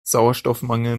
sauerstoffmangel